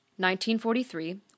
1943